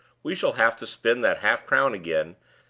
we shall have to spin that half-crown again,